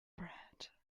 bread